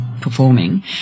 performing